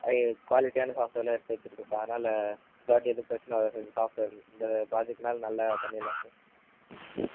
ஐ க குவாலிட்டியான சாஃப்ட்வேரெலாம் எடுத்து வச்சுருக்கோம் சார் அதனால் இந்த வாாட்டி எதுவும் பிரச்சின வராது சார் இந்த சாஃப்ட்வேர் இந்த ப்ராஜெக்ட்னாது நல்லா பண்ணிடலாம் சார்